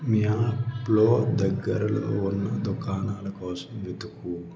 మ్యాప్లో దగ్గరలో ఉన్న దుకాణాల కోసం వెతుకు